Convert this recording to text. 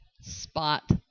spot